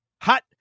Hot